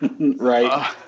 right